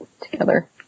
together